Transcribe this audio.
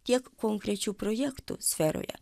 tiek konkrečių projektų sferoje